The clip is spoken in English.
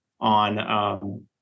on